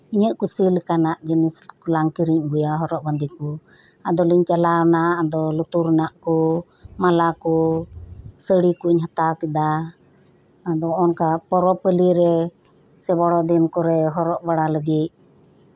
ᱤᱧᱟᱹᱜ ᱠᱩᱥᱤ ᱞᱮᱠᱟᱱᱟᱜ ᱡᱤᱱᱤᱥ ᱠᱚᱞᱟᱝ ᱠᱤᱨᱤᱧ ᱟᱹᱜᱩᱭᱟ ᱦᱚᱨᱚᱜ ᱵᱟᱸᱫᱮ ᱠᱚ ᱟᱫᱚ ᱞᱤᱧ ᱪᱟᱞᱟᱣᱱᱟ ᱟᱫᱚ ᱞᱩᱛᱩᱨ ᱨᱮᱱᱟᱜ ᱠᱚ ᱢᱟᱞᱟ ᱠᱚ ᱥᱟᱹᱲᱤ ᱠᱚᱧ ᱦᱟᱛᱟᱣ ᱠᱮᱫᱟ ᱟᱫᱚ ᱚᱱᱠᱟ ᱯᱚᱨᱚᱵᱽ ᱯᱟᱹᱞᱤᱨᱮ ᱥᱮ ᱵᱚᱲᱚ ᱫᱤᱱ ᱠᱚᱨᱮᱜ ᱦᱚᱨᱚᱜ ᱵᱟᱲᱟ ᱞᱟᱹᱜᱤᱫ